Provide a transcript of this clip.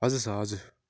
हजुर सर हजुर